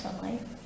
Sunlight